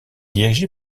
dirigée